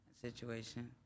situation